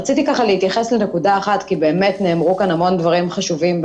רציתי להתייחס לנקודה אחת כי באמת נאמרו בדיון כאן המון דברים חשובים.